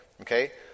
okay